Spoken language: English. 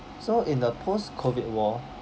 so in the post COVID world